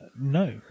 No